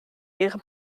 ihre